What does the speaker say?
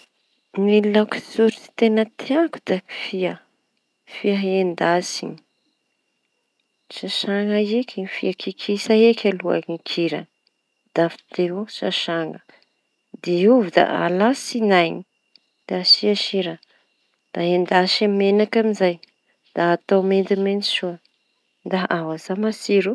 Ny laoky tsotra teña tiako da fia, fia endasiñy. Sasana eky fia, kikisa eky aloha ny kirany da avy teo sasana; diovy da ala tsinaiñy da asia sira. Da endasy amin'ny menaky amin'izay da atao mendy mendy soa, ao aza matsiro!